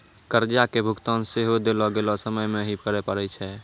कर्जा के भुगतान सेहो देलो गेलो समय मे ही करे पड़ै छै